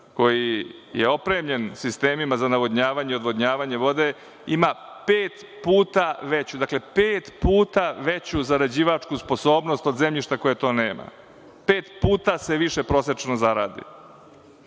koji je opremljen sistemima za navodnjavanje i odvodnjavanje vode, ima pet puta veću, dakle, pet puta veću zarađivačku sposobnost od zemljišta koje to nema. Pet puta se više prosečno zaradi. Postoji